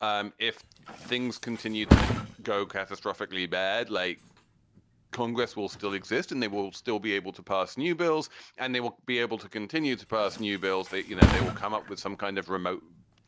um if things continue to go catastrophically bad, like congress will still exist and they will will still be able to pass new bills and they will be able to continue to pass new bills that, you know, they will come up with some kind of remote